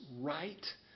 right